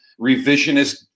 revisionist